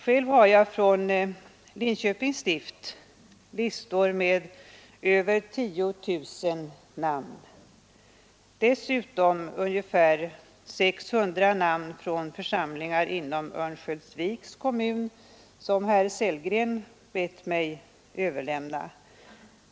Själv har jag från Linköpings stift listor med över 10 000 namn. Dessutom är det ungefär 600 namn från församlingar inom Örnsköldsviks kommun, som herr Sellgren bett mig överlämna.